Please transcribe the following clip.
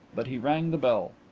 but he rang the bell.